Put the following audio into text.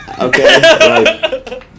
Okay